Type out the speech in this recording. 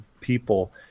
people